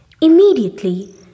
Immediately